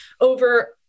over